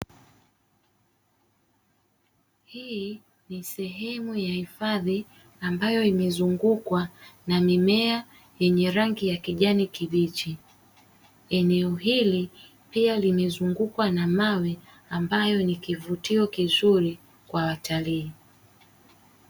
Hii ni sehemu ya hifadhi ambayo imezungukwa na mimea yenye rangi ya kijani kibichi, eneo hili pia limezungukwa na mawe ambayo ni kivutio kizuri kwa watalii.